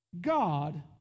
God